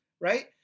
Right